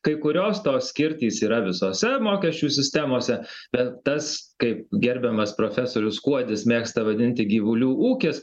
kai kurios tos skirtys yra visose mokesčių sistemose bet tas kaip gerbiamas profesorius kuodis mėgsta vadinti gyvulių ūkis